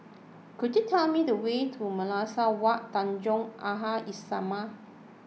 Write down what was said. could you tell me the way to Madrasah Wak Tanjong Aha islamiah